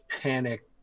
panic